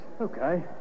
Okay